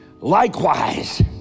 likewise